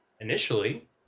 Initially